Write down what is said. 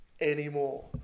anymore